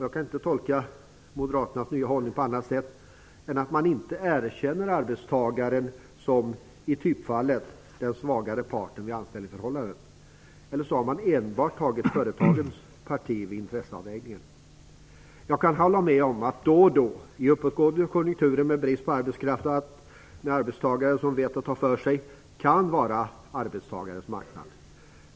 Jag kan inte tolka Moderaternas nya hållning på annat sätt än att man inte erkänner arbetstagaren som, i typfallet, den svagare parten i anställningsförhållandet. Eller också har man enbart tagit företagens parti vid intresseavvägningen. Jag kan hålla med om att då och då, i uppåtgående konjunkturer med brist på arbetskraft och med arbetstagare som vet att ta för sig, kan det vara arbetstagarens marknad.